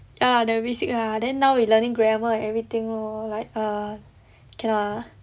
ya lah the basic lah then now we learning grammar and everything lor like err cannot lah